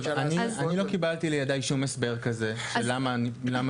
אני לא קיבלתי לידיי שום הסבר כזה של למה